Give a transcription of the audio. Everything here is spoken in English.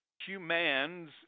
humans